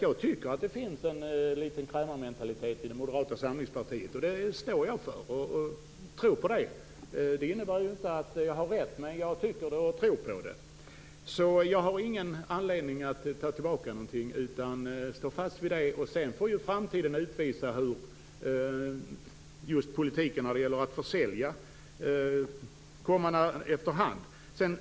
Jag tycker att det finns litet av krämarmentalitet i det moderata samlingspartiet, och det står jag för. Det innebär ju inte att jag har rätt, men jag tror att det är så. Jag har ingen anledning att ta tillbaka någonting, utan jag står fast vid det som jag har sagt. Sedan får framtiden utvisa hur politiken blir i fråga om att försälja aktier av den här typen.